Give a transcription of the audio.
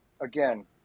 again